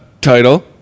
title